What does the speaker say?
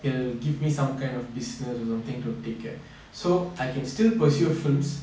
they will give me some kind of business or something to take care so I can still pursue films